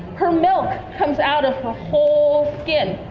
her milk comes out of her whole skin.